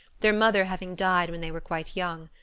their mother having died when they were quite young,